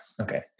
okay